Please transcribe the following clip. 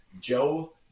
joe